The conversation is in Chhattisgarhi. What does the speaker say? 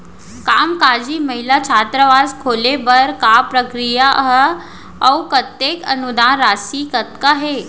कामकाजी महिला छात्रावास खोले बर का प्रक्रिया ह अऊ कतेक अनुदान राशि कतका हे?